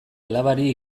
alabari